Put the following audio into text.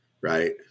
right